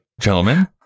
gentlemen